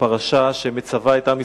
הפרשה שמצווה את עם ישראל,